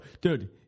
Dude